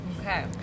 Okay